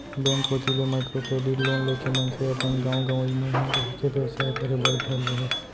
bank कोती ले micro credit loan लेके मनसे अपन गाँव गंवई म ही रहिके बेवसाय करे बर धर ले हे